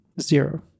Zero